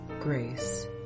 grace